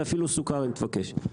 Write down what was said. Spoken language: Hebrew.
ואפילו סוכר אם תבקש.